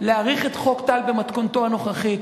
להאריך את חוק טל במתכונתו הנוכחית,